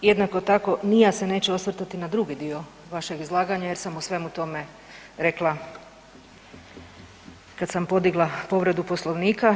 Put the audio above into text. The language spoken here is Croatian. Jednako tako ni ja se neću osvrtati na drugi dio vašeg izlaganja jer sam o svemu tome rekla kad sam podigla povredu Poslovnika.